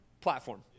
platform